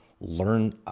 learn